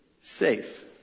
safe